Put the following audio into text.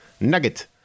Nugget